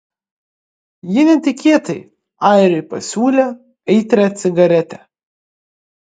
ji netikėtai airiui pasiūlė aitrią cigaretę